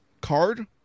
card